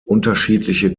unterschiedliche